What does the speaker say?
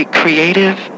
creative